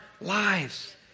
lives